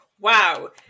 Wow